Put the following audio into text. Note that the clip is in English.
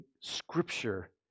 Scripture